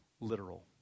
literal